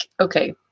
Okay